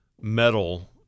metal